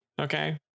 Okay